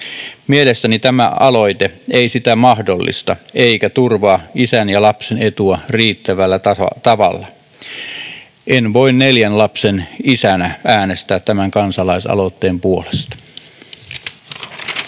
Mielestäni tämä aloite ei sitä mahdollista eikä turvaa isän ja lapsen etua riittävällä tavalla. En voi neljän lapsen isänä äänestää tämän kansalaisaloitteen puolesta.